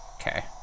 Okay